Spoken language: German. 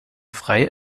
frei